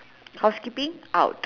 house keeping out